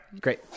great